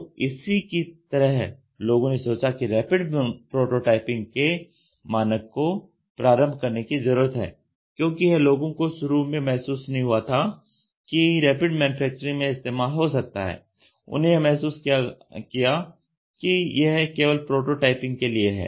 तो इसी की तरह लोगों ने सोचा की रैपिड प्रोटोटाइपिंग के मानक को प्रारंभ करने की जरूरत है क्योंकि यह लोगों को शुरू में महसूस नहीं हुआ था कि यह रैपिड मैन्युफैक्चरिंग में इस्तेमाल हो सकता है उन्होंने यह महसूस किया कि यह केवल प्रोटोटाइपिंग के लिए है